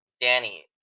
Danny